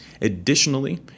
Additionally